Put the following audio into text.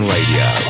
Radio